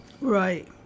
Right